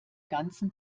ganzen